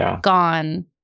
gone